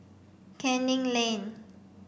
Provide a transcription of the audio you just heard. Canning Lane